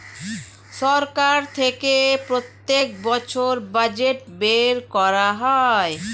সরকার থেকে প্রত্যেক বছর বাজেট বের করা হয়